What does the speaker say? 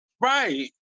Right